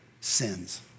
sins